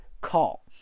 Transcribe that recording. call